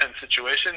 situation